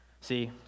See